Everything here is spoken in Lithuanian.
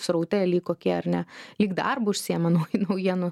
sraute lyg kokie ar ne lyg darbu užsiima naujienų